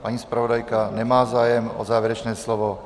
Paní zpravodajka nemá zájem o závěrečné slovo.